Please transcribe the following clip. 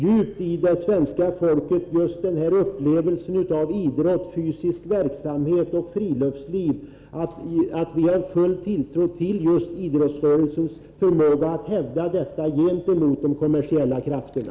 Jag tror att denna utövarnas djupa upplevelse av idrotten som fysisk aktivitet och friluftsverksamhet gör att vi kan ha full tilltro till idrottsrörelsens förmåga att hävda sig gentemot de kommersiella krafterna.